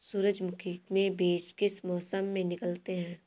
सूरजमुखी में बीज किस मौसम में निकलते हैं?